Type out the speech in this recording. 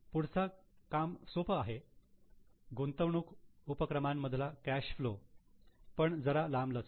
पुढच काम सोप आहे गुंतवणूक उपक्रमांमधला कॅश फ्लो पण जरा लांबलचक आहे